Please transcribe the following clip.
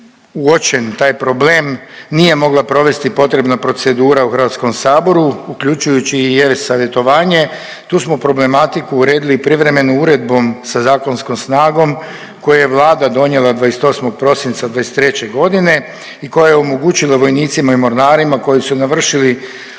uočen taj problem nije mogla provesti potrebna procedura u Hrvatskom saboru uključujući i e-savjetovanje tu smo problematiku uredili privremenom uredbom sa zakonskom snagom koju je Vlada donijela 28. prosinca 2023. godine i koja je omogućila vojnicima i mornarima koji su navršili